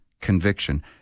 conviction